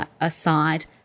aside